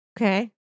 Okay